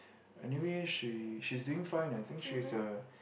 anyway she she's doing fine I think she's a